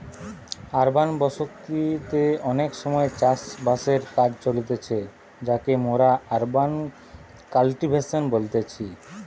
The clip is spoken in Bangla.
আরবান বসতি তে অনেক সময় চাষ বাসের কাজ চলতিছে যাকে মোরা আরবান কাল্টিভেশন বলতেছি